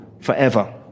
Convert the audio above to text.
forever